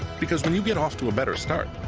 because when you get off to a better start,